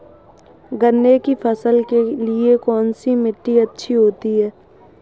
गन्ने की फसल के लिए कौनसी मिट्टी अच्छी होती है?